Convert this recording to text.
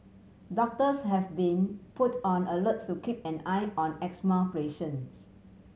doctors have been put on alert to keep an eye on asthma patients